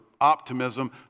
optimism